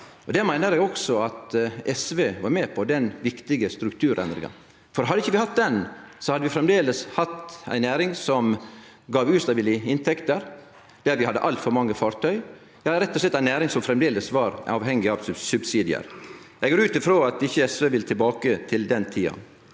Eg meiner også at SV var med på den viktige strukturendringa. Hadde vi ikkje hatt den, hadde vi framleis hatt ei næring som gav ustabile inntekter, der vi hadde altfor mange fartøy, ja, rett og slett ei næring som framleis var avhengig av subsidiar. Eg går ut frå at SV ikkje vil tilbake til den tida.